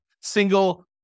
single